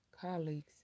colleagues